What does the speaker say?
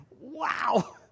Wow